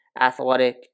athletic